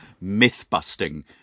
myth-busting